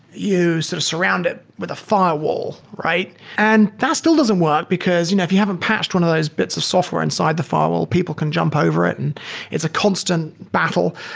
you sort of surround it with a firewall, right? and that still doesn't work because you know if you haven't patched one of those bits of software inside the firewall, people can jump over it and it's a constant battle.